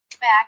Back